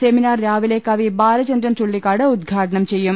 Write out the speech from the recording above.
seminar രാവിലെ കവി Balachandran Chullikkad ഉദ്ഘാടനം ചെയ്യും